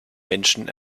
menschen